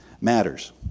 matters